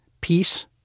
peace